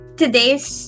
today's